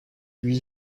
lui